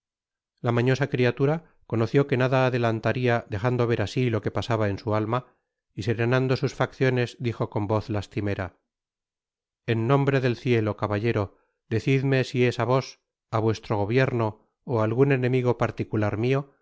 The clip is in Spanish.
la mañosa criatura conoció que nada adelantaría dejando ver asi lo que pasaba en su alma y serenando sus facciones dijo con voz lastimera en nombre del cielo caballero decidme si es á vos á vuestro gobierno ó á algun enemigo particular mio